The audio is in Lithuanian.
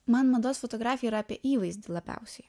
man mados fotografija yra apie įvaizdį labiausiai